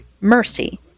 mercy